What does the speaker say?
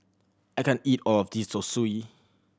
I can't eat all of this Zosui